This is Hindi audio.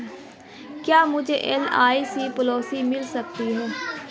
क्या मुझे एल.आई.सी पॉलिसी मिल सकती है?